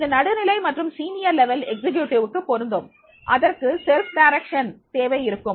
இது நடுநிலை மற்றும் மூத்த நிலை நிர்வாகிகளுக்கு பொருந்தும் அதற்கு சுய திசை தேவை இருக்கும்